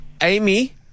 Amy